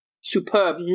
superb